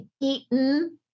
eaten